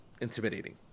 intimidating